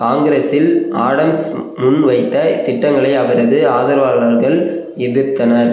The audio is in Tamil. காங்கிரஸில் ஆடம்ஸ் முன் வைத்த திட்டங்களை அவரது ஆதரவாளர்கள் எதிர்த்தனர்